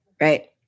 Right